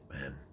man